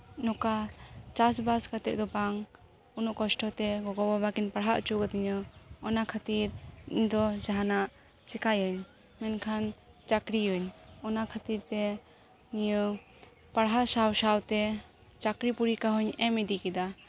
ᱱᱚᱝᱠᱟ ᱪᱟᱥᱵᱟᱥ ᱠᱟᱛᱮᱫ ᱫᱚ ᱵᱟᱝ ᱩᱱᱟᱹᱜ ᱠᱚᱥᱴᱚᱛᱮ ᱜᱚᱜᱚ ᱵᱟᱵᱟ ᱠᱤᱱ ᱯᱟᱲᱦᱟᱣ ᱦᱚᱪᱚ ᱟᱠᱟᱫᱤᱧᱟᱹ ᱚᱱᱟ ᱠᱷᱟᱹᱛᱤᱨ ᱫᱚ ᱡᱟᱦᱟᱱᱟᱜ ᱪᱤᱠᱟᱹᱭᱟᱹᱧ ᱢᱮᱱᱠᱷᱟᱱ ᱪᱟᱹᱠᱨᱤᱭᱟᱹᱧ ᱚᱱᱟ ᱠᱷᱟᱹᱛᱤᱨ ᱛᱮ ᱱᱤᱭᱟᱹ ᱯᱟᱲᱦᱟᱣ ᱥᱟᱶ ᱥᱟᱶᱛᱮ ᱪᱟᱹᱠᱨᱤ ᱯᱚᱨᱤᱠᱠᱷᱟ ᱦᱚᱧ ᱮᱢ ᱤᱫᱤ ᱠᱮᱫᱟ